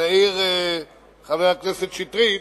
מעיר חבר הכנסת שטרית